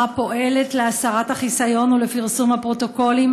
פועלת להסרת החיסיון ולפרסום הפרוטוקולים